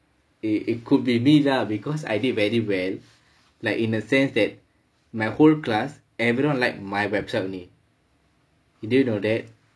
it it could be me lah because I did very well like in the sense that my whole class everyone liked my website only